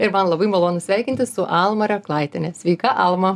ir man labai malonu sveikintis su alma reklaitiene sveika alma